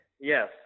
Yes